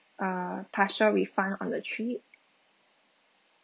uh partial refund on the trip